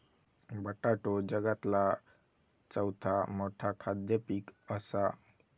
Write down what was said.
बटाटो जगातला चौथा मोठा खाद्य पीक असा